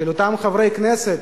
אותם חברי כנסת,